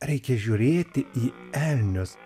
reikia žiūrėti į elnius